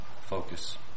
focus